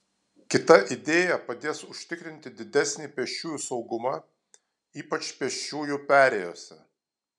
kita idėja padės užtikrinti didesnį pėsčiųjų saugumą ypač pėsčiųjų perėjose